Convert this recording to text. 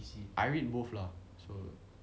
I read both lah so